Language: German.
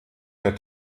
der